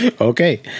Okay